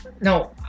No